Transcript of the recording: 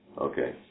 Okay